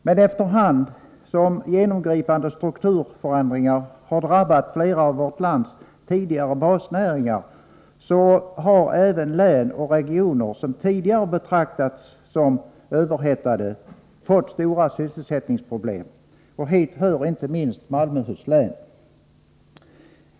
Men efter hand som genomgripande strukturförändringar har drabbat flera av vårt lands tidigare basnäringar har även län och regioner som tidigare betraktades som överhettade fått stora sysselsättningsproblem. Hit hör inte minst Malmöhus län.